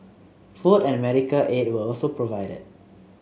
food and medical aid were also provided